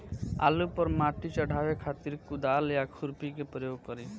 आलू पर माटी चढ़ावे खातिर कुदाल या खुरपी के प्रयोग करी?